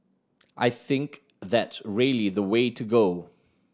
I think that's really the way to go